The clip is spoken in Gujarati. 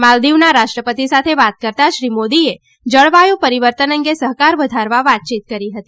માલદીવના રાષ્ટ્રપતિ સાથે વાત કરતાં શ્રી મોદીએ જળવાયું પરિવર્તન અંગે સહકાર વધારવા વાતચીત કરી હતી